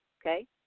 okay